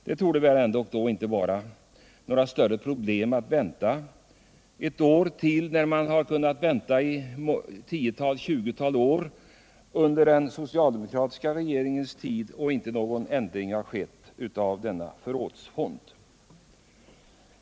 Det torde då inte vara några större problem att vänta ett år till, när man nu har kunnat vänta i 10-20 år under den socialdemokratiska regeringens tid utan att någon ändring skett av denna förrådsfond.